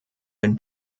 been